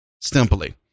simply